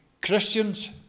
Christians